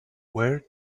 where